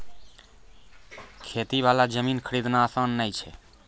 खेती वाला जमीन खरीदना आसान नय छै